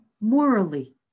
morally